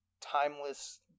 timeless